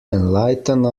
enlighten